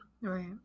Right